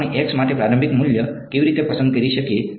આપણે X માટે પ્રારંભિક મૂલ્ય કેવી રીતે પસંદ કરીએ